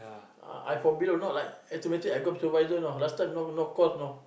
ah I from below not like automatic I become supervisor know last time no no course know